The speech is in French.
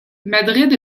madrid